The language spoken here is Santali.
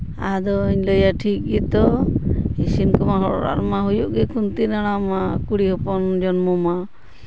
ᱟᱫᱚᱧ ᱞᱟᱹᱭᱟ ᱴᱷᱤᱠ ᱜᱮᱛᱚ ᱤᱥᱤᱱ ᱠᱚᱢᱟ ᱦᱚᱲ ᱚᱲᱟᱜ ᱨᱮᱢᱟ ᱦᱩᱭᱩᱜ ᱠᱷᱩᱱᱛᱤ ᱞᱟᱲᱟᱣ ᱢᱟ ᱠᱩᱲᱤ ᱦᱚᱯᱚᱱ ᱡᱚᱱᱢᱚ ᱢᱟ